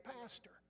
pastor